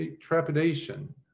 trepidation